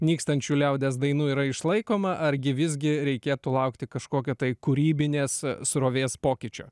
nykstančių liaudies dainų yra išlaikoma argi visgi reikėtų laukti kažkokio tai kūrybinės srovės pokyčio